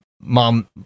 mom